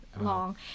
long